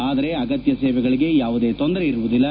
ಆದರೆ ಅಗತ್ತ ಸೇವೆಗಳಿಗೆ ಯಾವುದೇ ತೊಂದರೆ ಇರುವುದಿಲ್ಲ